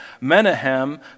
Menahem